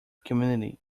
community